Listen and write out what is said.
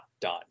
done